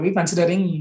considering